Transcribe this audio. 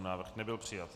Návrh nebyl přijat.